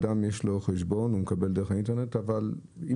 אדם יש לו חשבון והוא מקבל דרך האינטרנט אבל עם